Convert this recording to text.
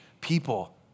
people